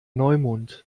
neumond